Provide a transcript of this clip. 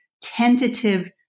tentative